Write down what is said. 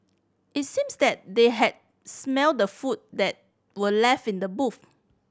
it seems that they had smelt the food that were left in the boot